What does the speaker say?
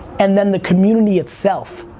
and then the community itself.